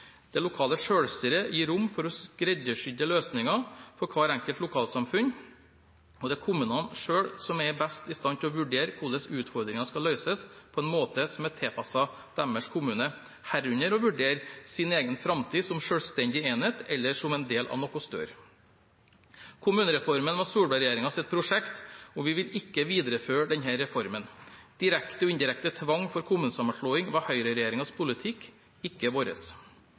Det lokale selvstyret gir rom for skreddersydde løsninger for hvert enkelt lokalsamfunn, og det er kommunene selv som er best i stand til å vurdere hvordan utfordringer skal løses på en måte som er tilpasset deres kommune, herunder å vurdere sin egen framtid som selvstendig enhet eller som en del av noe større. Kommunereformen var Solberg-regjeringen sitt prosjekt, og vi vil ikke videreføre denne reformen. Direkte og indirekte tvang for kommunesammenslåing var Høyre-regjeringens politikk, ikke vår.